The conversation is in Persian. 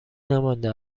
نمانده